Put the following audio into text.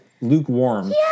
lukewarm